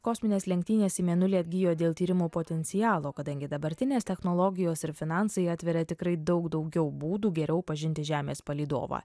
kosminės lenktynės į mėnulį atgijo dėl tyrimo potencialo kadangi dabartinės technologijos ir finansai atveria tikrai daug daugiau būdų geriau pažinti žemės palydovą